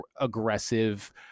aggressive